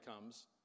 comes